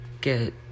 get